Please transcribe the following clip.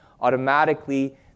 automatically